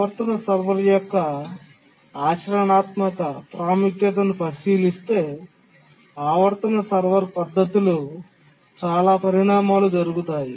ఆవర్తన సర్వర్ల యొక్క ఆచరణాత్మక ప్రాముఖ్యతను పరిశీలిస్తే ఆవర్తన సర్వర్ పద్ధతిలో చాలా పరిణామాలు జరిగాయి